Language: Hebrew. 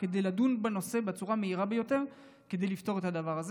כדי לדון בנושא בצורה המהירה ביותר וכדי לפתור את הדבר הזה.